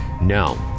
No